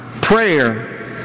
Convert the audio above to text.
Prayer